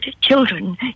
children